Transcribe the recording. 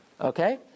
Okay